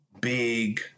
big